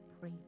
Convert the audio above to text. pray